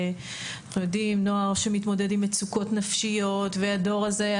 נוער שמתמודד עם מצוקות נפשיות והדור הזה,